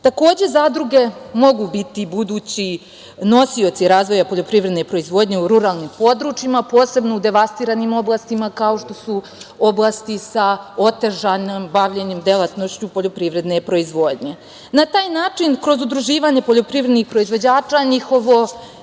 zadruge mogu i biti budući nosioci razvoja poljoprivredne proizvodnje u ruralnim područjima, posebno u devastiranim oblastima kao što su oblasti sa otežanim bavljenjem delatnošću poljoprivredne proizvodnje. Na taj način kroz udruživanje poljoprivrednih proizvođača, njihovo